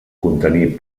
contenir